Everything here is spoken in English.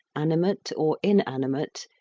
animate or inanimate,